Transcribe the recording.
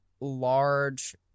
large